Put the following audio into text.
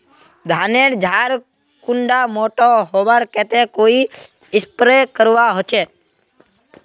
धानेर झार कुंडा मोटा होबार केते कोई स्प्रे करवा होचए?